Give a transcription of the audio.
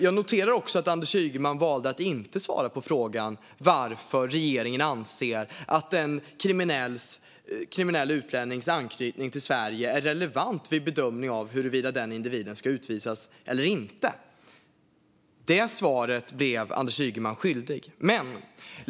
Jag noterar att Anders Ygeman valde att inte svara på frågan om varför regeringen anser att en kriminell utlännings anknytning till Sverige är relevant vid bedömning av huruvida denna individ ska utvisas eller inte. Det svaret blev Anders Ygeman skyldig.